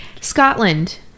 Scotland